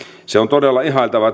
se on todella ihailtavaa